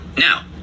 Now